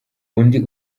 undi